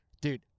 Dude